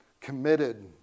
Committed